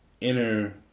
inner